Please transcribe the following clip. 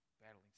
battling